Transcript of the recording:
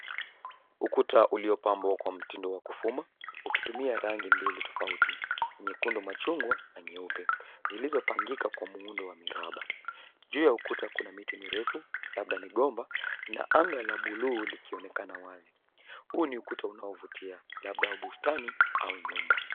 Ukuta uliopambwa kwa mtindo wa kufuma, ukitumia rangi mbili tofauti, nyekundu machungwa na nyeupe zilizopangika kwa muundo wa miraba. Juu ya ukuta, kuna miti mirefu labda migomba na anga la buluu likionekana wazi. Huu ni ukuta unaovutia, labda wa bustani au nyumba.